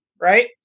right